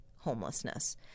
homelessness